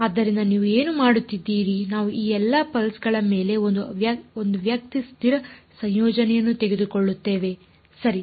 ಆದ್ದರಿಂದ ನೀವು ಏನು ಮಾಡುತ್ತಿದ್ದೀರಿ ನಾವು ಈ ಎಲ್ಲ ಪಲ್ಸ್ ಗಳ ಮೇಲೆ 1 ವ್ಯಕ್ತಿ ಸ್ಥಿರ ಸಂಯೋಜನೆಯನ್ನು ತೆಗೆದುಕೊಳ್ಳುತ್ತೇವೆ ಸರಿ